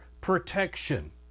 protection